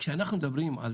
כשאנחנו מדברים על